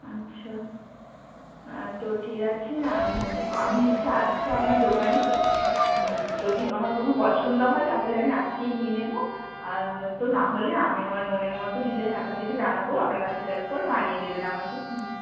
আচ্ছা তো ঠিক আছে আমি আমি হচ্ছে আসছি আপনার দোকানে যদি আমার কোনো পছন্দ হয় তাহলে আমি আজকেই নিয়ে নেব আর নয়তো না হলে আমি আমার মনের মতো ডিজাইন আপনাদেরকে জানাব আপনারা সেটার ওপর বানিয়ে দেবেন আমাকে